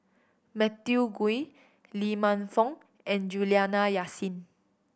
Matthew Ngui Lee Man Fong and Juliana Yasin